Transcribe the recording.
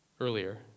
earlier